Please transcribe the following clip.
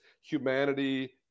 humanity